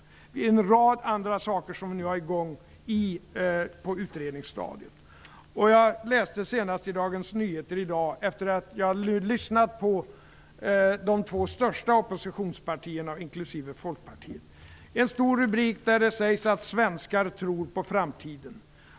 En rad andra saker är nu i gång på utredningsstadiet. Jag läste i Dagens Nyheter i dag, efter att ha lyssnat på de två största oppositionspartierna inklusive Folkpartiet, en stor rubrik där det sägs att svenskar tror på framtiden.